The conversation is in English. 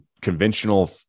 conventional